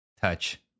touch